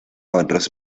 otros